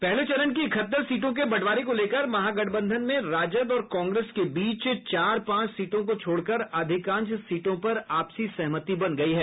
पहले चरण की इकहत्तर सीटों के बंटवारे को लेकर महागठबंधन में राजद और कांग्रेस के बीच चार पांच सीटों को छोड़कर अधिकांश सीटों पर आपसी सहमति बन गयी है